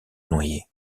noyé